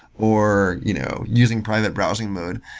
or you know using private browsing mode.